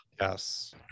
Yes